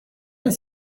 است